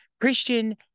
Christian